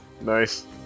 Nice